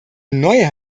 neue